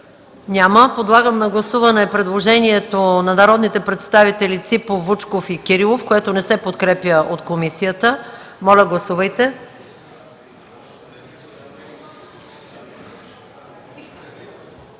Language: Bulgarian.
Няма. Гласуваме предложението на народните представители Ципов, Вучков и Кирилов, което не се подкрепя от комисията. Гласували